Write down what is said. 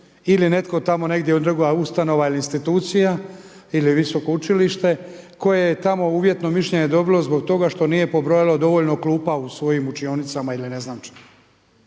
ili netko tamo negdje druga ustanova ili institucija ili visoko učilište koje je tamo uvjetno mišljenje dobilo zbog toga što nije pobrojalo dovoljno klupa u svojim učionicama ili ne znam čemu.